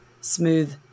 smooth